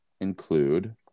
include